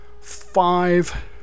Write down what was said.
five